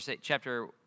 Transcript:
chapter